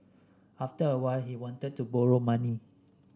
after a while he wanted to borrow money